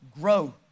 grow